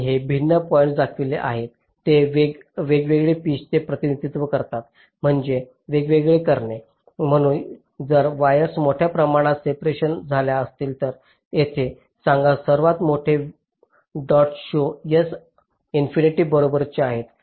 आणि हे भिन्न प्लॉट्स दाखवलेले आहेत ते वेगवेगळे पीच चे प्रतिनिधित्व करतात म्हणजे वेगळे करणे म्हणून जर वायर्स मोठ्या प्रमाणात सेपरेशन झाल्या असतील तर येथे सांगा सर्वात मोठे डॉट शो s अनंततेच्या बरोबरीचे आहेत